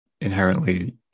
inherently